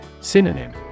Synonym